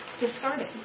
discarded